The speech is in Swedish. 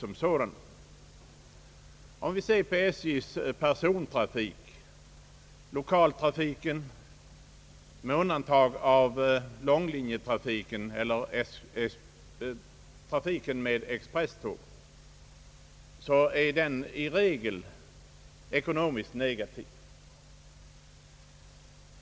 Om vi ser på SJ:s persontrafik, lokaltrafiken med undantag av långlinjetrafiken eller trafiken med expresståg, så är den i regel ekonomiskt Ang. järnvägspolitiken m.m. negativ.